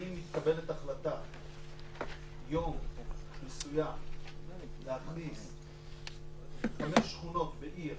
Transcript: אם מתקבלת החלטה ביום מסוים להכניס חמש שכונות בעיר